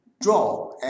draw